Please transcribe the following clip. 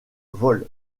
vole